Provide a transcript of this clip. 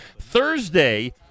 Thursday